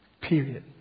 Period